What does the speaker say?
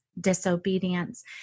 disobedience